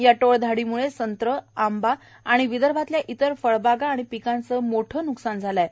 या टोळधाडीमुळे संत्री आंबे आणि विदर्भातल्या इतर फळबागा आणि पिकांचं मोठं न्कसान झालं आहे